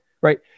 right